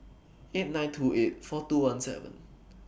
eight nine two eight four two one seven